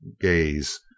gaze